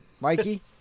Mikey